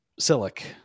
Silic